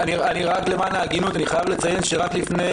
רק למען ההגינות, אני חייב לציין שרק לפני